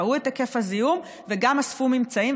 ראו את היקף הזיהום וגם אספו ממצאים,